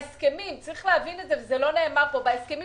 צריך להבין וזה לא נאמר כאן שבהסכמים